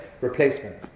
replacement